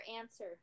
answer